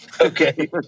Okay